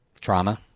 Trauma